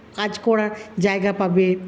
কাজ করার জায়গা পাবে